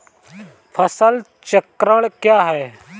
फसल चक्रण क्या है?